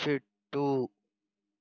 చెట్టు